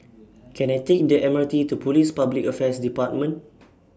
Can I Take The M R T to Police Public Affairs department